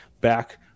back